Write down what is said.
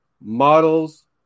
models